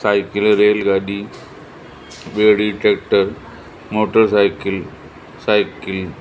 cycle रेलगाॾी ॿेड़ी tractor motorcycle cycle